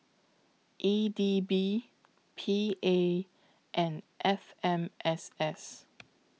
E D B P A and F M S S